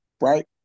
right